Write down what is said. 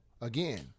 again